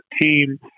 team